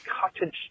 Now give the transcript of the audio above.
cottage